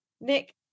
Nick